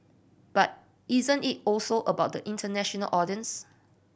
but isn't it also about the international audience